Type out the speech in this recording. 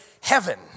heaven